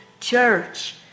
church